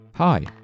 Hi